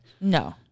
no